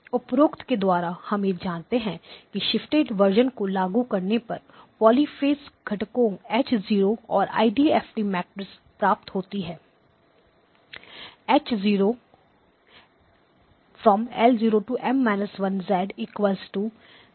उपरोक्त के द्वारा हम यह जानते हैं कि शिफ्टेड वर्जन को लागू करने पर पॉलिफेज घटको H 0 और आईडीएफटी मेट्रिक प्राप्त होती है